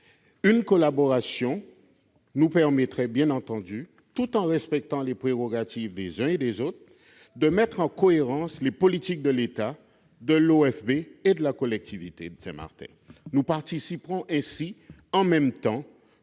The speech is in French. Une collaboration nous permettrait, dans le respect des prérogatives des uns et des autres, de mettre en cohérence les politiques de l'État, de l'OFB et de la collectivité de Saint-Martin. Nous accomplirions ainsi ensemble